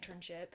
internship